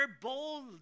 bold